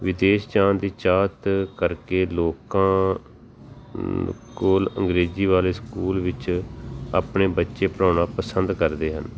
ਵਿਦੇਸ਼ ਜਾਣ ਦੀ ਚਾਹਤ ਕਰਕੇ ਲੋਕਾਂ ਕੋਲ ਅੰਗਰੇਜ਼ੀ ਵਾਲੇ ਸਕੂਲ ਵਿੱਚ ਆਪਣੇ ਬੱਚੇ ਪੜ੍ਹਾਉਣਾ ਪਸੰਦ ਕਰਦੇ ਹਨ